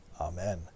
amen